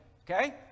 okay